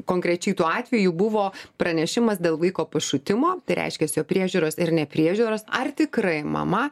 konkrečiai tuo atveju buvo pranešimas dėl vaiko pašutimo tai reiškias jo priežiūros ir nepriežiūros ar tikrai mama